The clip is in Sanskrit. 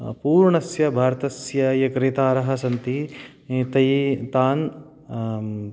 पूर्णस्य भारतस्य ये क्रेतारः सन्ति तै तान्